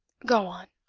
go on.